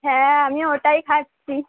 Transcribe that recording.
হ্যাঁ আমিও ওটাই খাচ্ছি